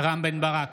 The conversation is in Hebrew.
רם בן ברק,